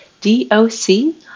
D-O-C